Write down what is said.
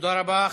תודה רבה.